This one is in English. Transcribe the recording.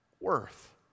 worth